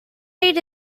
ate